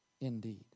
indeed